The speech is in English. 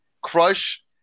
Crush